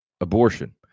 abortion